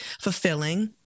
fulfilling